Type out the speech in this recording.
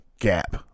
gap